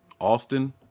Austin